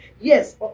Yes